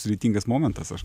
sudėtingas momentas aš